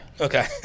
Okay